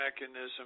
mechanism